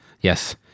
Yes